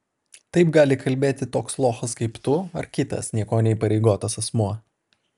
taip gali kalbėti toks lochas kaip tu ar kitas niekuo neįpareigotas asmuo